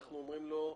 היום אומרים לו: